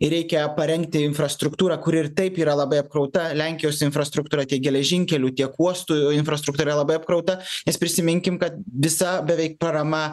ir reikia parengti infrastruktūrą kuri ir taip yra labai apkrauta lenkijos infrastruktūra tiek geležinkelių tiek uostų infrastruktūra labai apkrauta nes prisiminkim kad visa beveik parama